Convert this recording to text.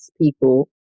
people